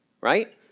right